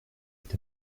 est